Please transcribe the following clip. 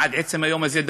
עד עצם היום הזה.